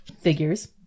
figures